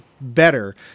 better